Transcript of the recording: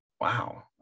Wow